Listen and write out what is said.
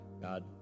God